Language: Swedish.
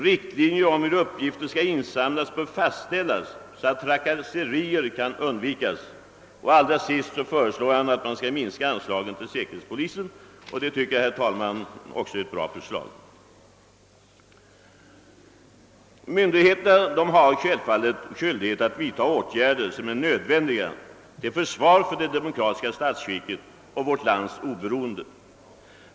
Riktlinjer om hur uppgifter skall insändas bör även fastställas så att trakasserier kan undvikas. Slutligen föreslår han att riksdagen bör minska anslagen till säkerhetspolisen. Det sistnämnda tycker jag, herr talman, också är ett bra förslag. Myndigheterna har självfallet skyldighet att vidta åtgärder som är nödvändiga till försvar för det demokratiska statsskicket och vårt lands oberoende.